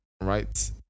right